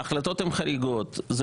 ההחלטות הן חריגות ובסוף הן נשארות באוויר.